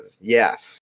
yes